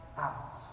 out